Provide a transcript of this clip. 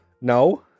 No